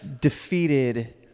defeated